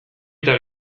eta